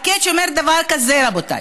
ה-catch אומר דבר כזה, רבותיי: